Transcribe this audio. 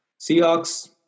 Seahawks